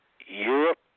Europe